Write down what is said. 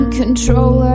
control